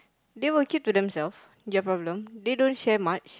they will keep to themselves their problems they don't share much